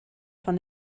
von